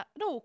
no